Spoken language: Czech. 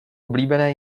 oblíbené